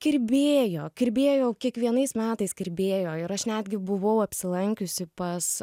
kirbėjo kirbėjo kiekvienais metais kirbėjo ir aš netgi buvau apsilankiusi pas